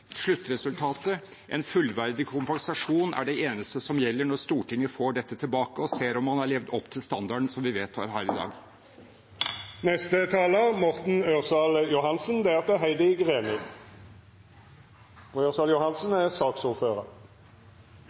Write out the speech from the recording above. Sluttresultatet, en fullverdig kompensasjon, er det eneste som gjelder når Stortinget får dette tilbake og ser om man har levd opp til standarden som vi vedtar her i dag.